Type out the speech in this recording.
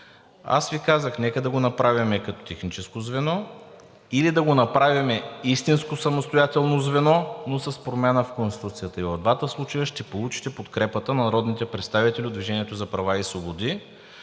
Аз Ви казах: нека да го направим като техническо звено или да го направим като истинско самостоятелно звено, но с промяна в Конституцията. И в двата случая ще получите подкрепата на народните представители от „Движение за права и свободи“.